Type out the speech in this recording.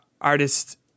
Artist